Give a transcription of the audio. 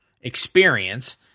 experience